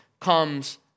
comes